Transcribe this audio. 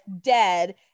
dead